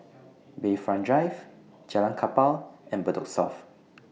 Bayfront Drive Jalan Kapal and Bedok South